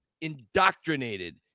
indoctrinated